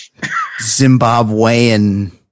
Zimbabwean